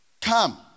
Come